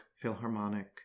Philharmonic